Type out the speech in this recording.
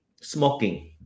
Smoking